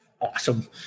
Awesome